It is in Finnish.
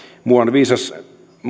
muuan viisas